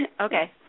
Okay